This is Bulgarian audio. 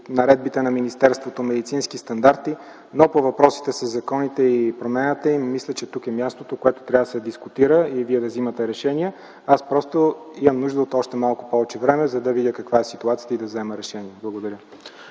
наредбите на министерството медицински стандарти, но по въпросите със законите и промяната им мисля, че тук е мястото, където трябва да се дискутира и вие да взимате решения. Имам нужда от малко повече време, за да видя каква е ситуацията и да взема решение. Благодаря.